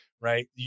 right